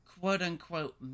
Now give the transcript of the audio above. quote-unquote